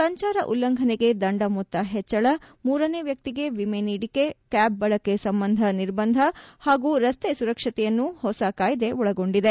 ಸಂಚಾರ ಉಲ್ಲಂಘನೆಗೆ ದಂಡ ಮೊತ್ತ ಹೆಚ್ಚಳ ಮೂರನೇ ವ್ಲಕ್ತಿಗೆ ವಿಮೆ ನೀಡಿಕೆ ಕ್ಲಾಬ್ ಬಳಕೆ ಸಂಬಂಧ ನಿರ್ಬಂಧ ಹಾಗೂ ರಸ್ತೆ ಸುರಕ್ಷತೆಯನ್ನು ಹೊಸ ಕಾಯ್ದೆ ಒಳಗೊಂಡಿದೆ